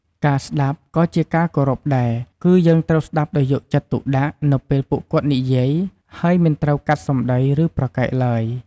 ការស្ដាប់ក៏ជាការគោរពដែរ គឺយើងត្រូវស្ដាប់ដោយយកចិត្តទុកដាក់នៅពេលពួកគាត់និយាយ ហើយមិនត្រូវកាត់សម្ដី ឬប្រកែកឡើយ។